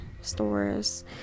stores